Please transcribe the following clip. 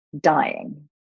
dying